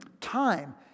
time